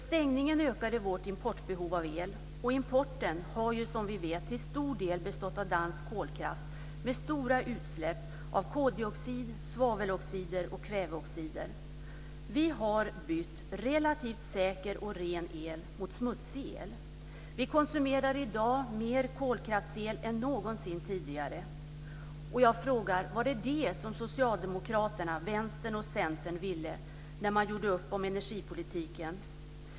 Stängningen ökade vårt importbehov av el, och importen har som vi vet till stor del bestått av dansk kolkraft med stora utsläpp av koldioxid, svaveloxider och kväveoxider. Vi har bytt relativt säker och ren el mot smutsig el. Vi konsumerar i dag mer kolkraftsel än någonsin tidigare. Jag frågar: Var det detta som Socialdemokraterna, Vänstern och Centern ville när man gjorde upp om energipolitiken?